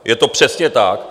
Je to přesně tak.